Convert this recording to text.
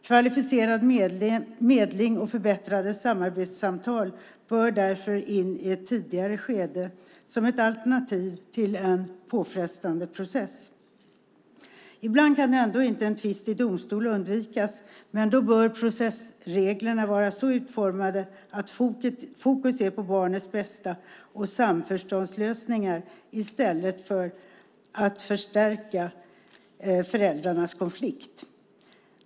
Kvalificerad medling och förbättrade samarbetssamtal bör därför in i ett tidigare skede som ett alternativ till en påfrestande process. Ibland kan ändå inte en tvist i domstol undvikas, men då bör processreglerna vara så utformade att fokus är på barnets bästa och på samförståndslösningar i stället för att förstärka föräldrarnas konflikt.